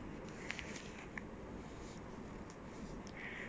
அது தெரிந்தா நா இங்கே இருக்க மாட்டேனே:athu therinja naa inge irukka maatenae